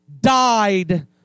died